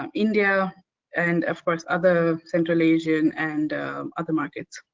um india and of course other central asian and other markets.